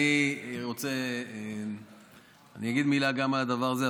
אני אגיד מילה גם על הדבר הזה,